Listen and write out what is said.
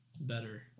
better